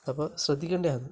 അപ്പോൾ ശ്രദ്ധിക്കേണ്ടയാണ്